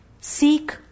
Seek